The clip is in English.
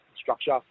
structure